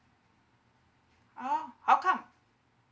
oh how come